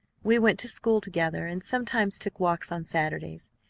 we went to school together, and sometimes took walks on saturdays.